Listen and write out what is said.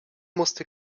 musste